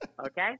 Okay